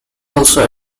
also